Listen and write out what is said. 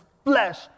flesh